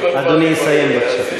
אדוני יסיים, בבקשה.